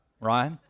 right